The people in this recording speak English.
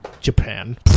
Japan